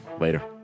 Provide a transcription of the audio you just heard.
Later